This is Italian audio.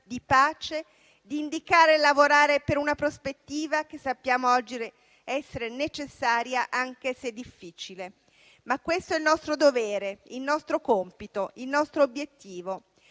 di pace, di indicare e lavorare per una prospettiva che sappiamo oggi essere necessaria, anche se difficile. Ma questo è il nostro dovere, il nostro compito, il nostro obiettivo.